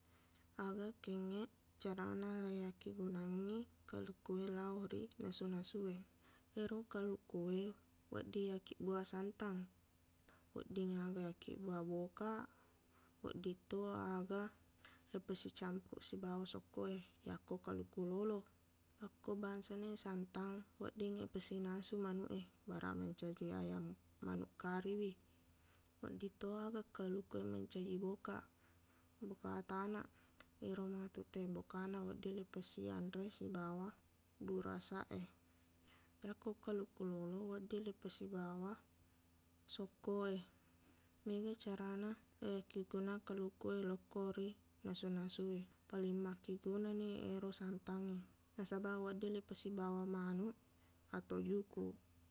Aga kengngeq carana leiakkigunangngi kaluku e lao ri nasu-nasu e ero kalukuwe wedding leiakkibbuaq santang wedding aga iyakkibbiuaq bokaq wedditto aga leipasicampuruq sibawa sokko e yakko kaluku lolo akko bangsana e santang wedding ipasinasu manuq e baraq mancaji ayam- manuq kariwi wedditto aga kalukuwe mancaji bokaq bokaq tanaq ero matuq tai bokana wedding leipasianre sibawa burasaq e yakko kaluku lolo wedding leipasibawa sokkowe mega carana iyakkigunang kalukuwe lokko ri nasu-nasuwe paling makkigunani ero santangnge nasabaq wedding laipasibawa manuq atau jukuq